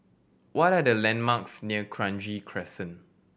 what are the landmarks near Kranji Crescent